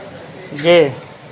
جی